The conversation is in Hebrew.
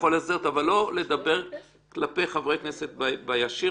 אבל לא לדבר כלפי חברי הכנסת בישיר,